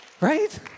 Right